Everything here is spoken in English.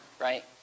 right